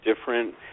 different